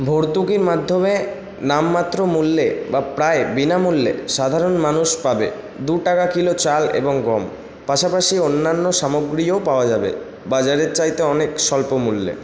ভর্তুকির মাধ্যমে নামমাত্র মূল্যে বা প্রায় বিনামূল্যে সাধারণ মানুষ পাবেন দু টাকা কিলো চাল এবং গম পাশাপাশি অন্যান্য সামগ্রীও পাওয়া যাবে বাজারের চাইতে অনেক স্বল্পমূল্যে